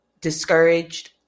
discouraged